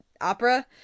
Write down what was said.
opera